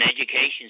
education